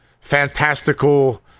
fantastical